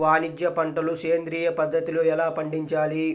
వాణిజ్య పంటలు సేంద్రియ పద్ధతిలో ఎలా పండించాలి?